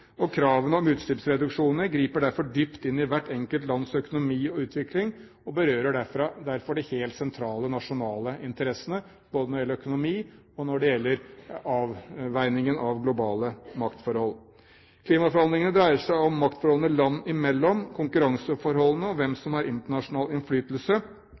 Kravene om utslippsreduksjoner griper derfor dypt inn i hvert enkelt lands økonomi og utvikling og berører derfor de helt sentrale, nasjonale interessene både når det gjelder økonomi, og når det gjelder avveiningen av globale maktforhold. Klimaforhandlingene dreier seg om maktforholdene land imellom – konkurranseforholdene og hvem som har internasjonal innflytelse.